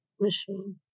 machine